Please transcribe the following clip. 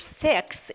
six